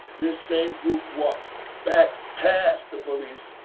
the same group walked back past the police,